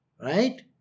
right